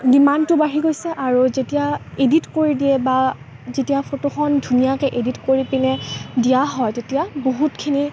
ডিমাণ্ডটো বাঢ়ি গৈছে আৰু যেতিয়া এডিট কৰি দিয়ে বা যেতিয়া ফটোখন ধুনীয়াকৈ এডিট কৰি পিনে দিয়া হয় তেতিয়া বহুতখিনি